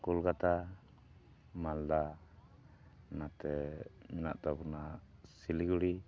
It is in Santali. ᱠᱳᱞᱠᱟᱛᱟ ᱢᱟᱞᱫᱟ ᱱᱟᱛᱮ ᱢᱮᱱᱟᱜ ᱛᱟᱵᱚᱱᱟ ᱥᱤᱞᱤᱜᱩᱲᱤ